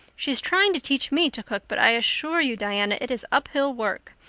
she is trying to teach me to cook but i assure you, diana, it is uphill work.